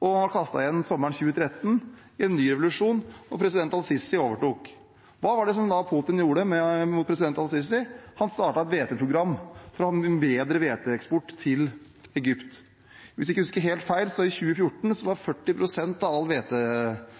og ble kastet sommeren 2013 i en ny revolusjon, og Abdel Fattah al-Sisi overtok som president. Hva gjorde Putin så overfor president al-Sisi? Han startet et hveteprogram for å ha en bedre hveteeksport til Egypt. Hvis jeg ikke husker helt feil, var 40 pst. av all hveten som Egypt fikk i 2014,